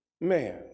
man